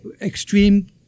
extreme